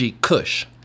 Kush